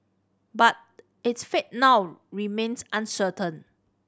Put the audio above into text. but its fate now remains uncertain